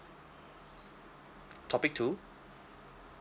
topic two